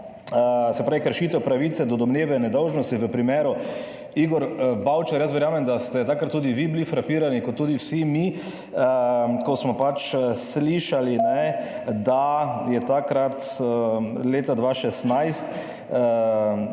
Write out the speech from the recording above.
se pravi kršitev pravice do domneve nedolžnosti v primeru Igor Bavčar. Verjamem, da ste takrat tudi vi bili frapirani, tako kot tudi vsi mi, ko smo slišali, da je takrat leta 2016